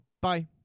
bye